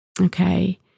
okay